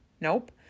Nope